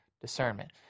discernment